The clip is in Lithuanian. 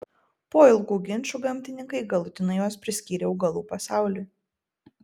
po ilgų ginčų gamtininkai galutinai juos priskyrė augalų pasauliui